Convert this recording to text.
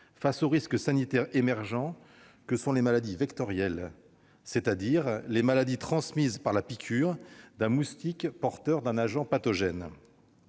face aux risques sanitaires émergents que sont les maladies vectorielles, c'est-à-dire transmises par la piqûre d'un moustique porteur d'un agent pathogène.